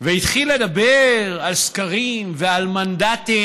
והתחיל לדבר על סקרים ועל מנדטים,